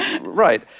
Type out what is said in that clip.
right